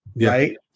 Right